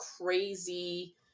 crazy